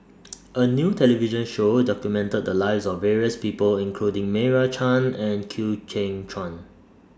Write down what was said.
A New television Show documented The Lives of various People including Meira Chand and Chew Kheng Chuan